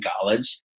college